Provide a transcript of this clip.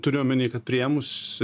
turiu omeny kad priėmus